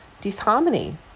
disharmony